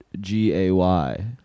G-A-Y